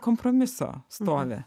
kompromiso stovi